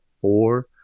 four